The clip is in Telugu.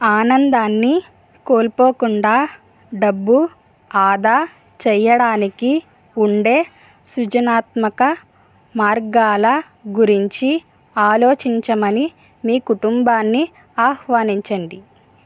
ఆనందాన్ని కోల్పోకుండా డబ్బు ఆదా చేయడానికి ఉండే సృజనాత్మక మార్గాల గురించి ఆలోచించమని మీ కుటుంబాన్ని ఆహ్వానించండి